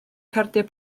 cardiau